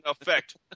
effect